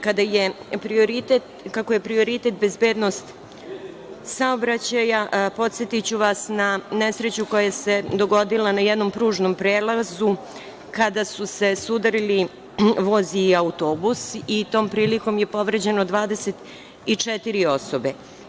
Kako je prioritet bezbednost saobraćaja, podsetiću vas na nesreću koja se dogodila na jednom pružnom prelazu kada su se sudarili voz i autobus i tom prilikom je povređeno 24 osobe.